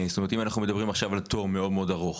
זאת אומרת אם אנחנו מדברים עכשיו על תור מאוד מאוד ארוך,